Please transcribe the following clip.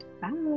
Bye